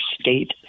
state